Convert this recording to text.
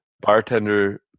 bartender